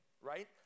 right